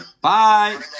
Bye